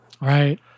right